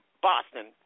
Boston